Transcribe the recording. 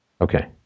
Okay